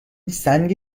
سنگ